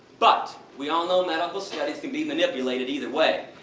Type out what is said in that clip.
but, we all know medical studies can be manipulated either way.